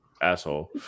asshole